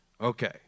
Okay